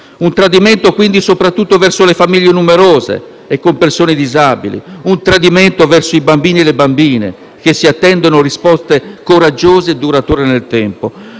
Un tradimento, quindi, soprattutto verso le famiglie numerose e con persone disabili; un tradimento verso i bambini e le bambine che si attendono risposte coraggiose e durature nel tempo.